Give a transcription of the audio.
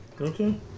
Okay